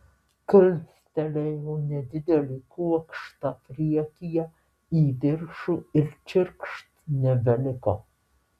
kilstelėjau nedidelį kuokštą priekyje į viršų ir čirkšt nebeliko